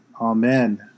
Amen